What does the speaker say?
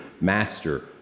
master